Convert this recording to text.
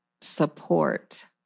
support